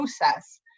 process